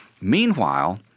Meanwhile